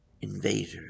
invader